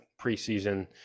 preseason